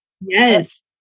Yes